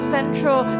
Central